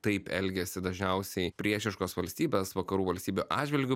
taip elgiasi dažniausiai priešiškos valstybės vakarų valstybių atžvilgiu